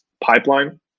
pipeline